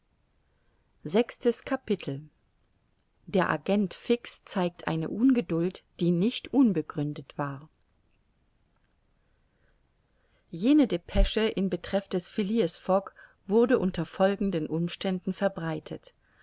der agent fix zeigt eine ungeduld die nicht unbegründet war jene depesche in betreff des phileas fogg wurde unter folgenden umständen verbreitet